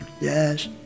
Yes